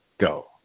go